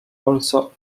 also